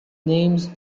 names